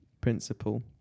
principle